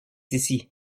ici